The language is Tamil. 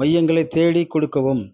மையங்களை தேடிக் கொடுக்கவும்